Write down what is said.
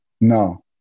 No